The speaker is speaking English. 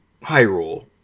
Hyrule